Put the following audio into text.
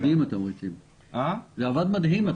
התמריצים האלה עבדו מדהים.